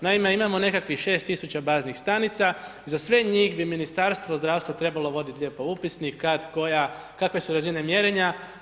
Naime, imamo nekakvih 6 tisuća baznih stanica, za sve njih bi Ministarstvo zdravstva trebalo voditi lijepo upisnik, kad koja, kakve su razine mjerenja.